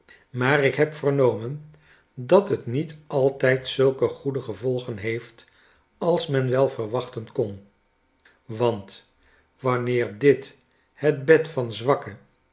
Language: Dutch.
maar ik heb vernomen dat het niet altijd zulke goede gevolgen heeft als men wel verwachten kon want wanneer dit het bed van zwakke